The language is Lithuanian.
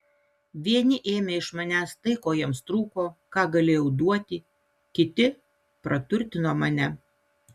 vieni ėmė iš manęs tai ko jiems trūko ką galėjau duoti kiti praturtino mane